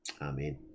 amen